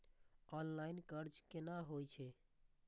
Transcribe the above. Online कर्ज केना होई छै?